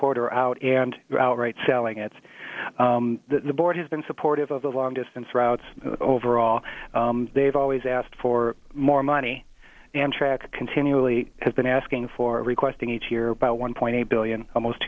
corridor out and outright selling its the board has been supportive of the long distance routes overall they've always asked for more money and track continually has been asking for requesting each year about one point eight billion almost